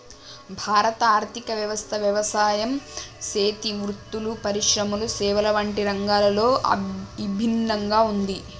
భారత ఆర్థిక వ్యవస్థ యవసాయం సేతి వృత్తులు, పరిశ్రమల సేవల వంటి రంగాలతో ఇభిన్నంగా ఉంది